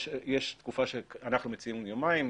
יש תקופה אנחנו מציעים יומיים,